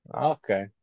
Okay